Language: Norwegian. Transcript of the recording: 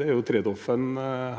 det er jo «trade off»-en